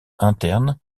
interne